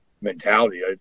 mentality